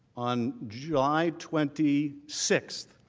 on july twenty six,